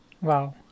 Wow